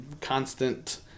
constant